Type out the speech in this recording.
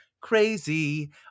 crazy